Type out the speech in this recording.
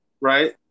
Right